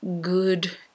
good